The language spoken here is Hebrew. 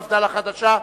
מפד"ל החדשה?